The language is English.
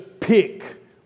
pick